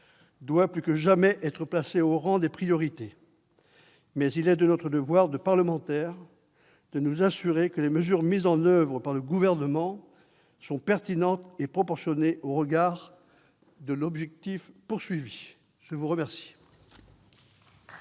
doit, plus que jamais, être placée au rang de priorité. Mais il est de notre devoir de parlementaires de nous assurer que les mesures mises en oeuvre par le Gouvernement sont pertinentes et proportionnées au regard de l'objectif poursuivi. La parole